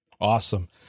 awesome